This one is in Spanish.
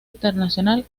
internacional